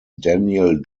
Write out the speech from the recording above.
daniel